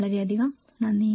വളരെയധികം നന്ദി